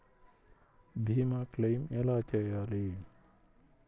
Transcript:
భీమ క్లెయిం ఎలా చేయాలి?